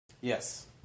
Yes